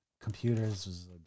Computers